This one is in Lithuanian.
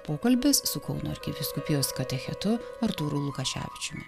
pokalbis su kauno arkivyskupijos katechetu artūru lukaševičiumi